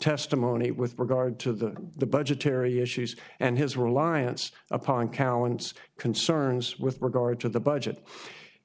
testimony with regard to the budgetary issues and his reliance upon cowan's concerns with regard to the budget